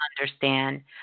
understand